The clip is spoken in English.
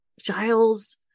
Giles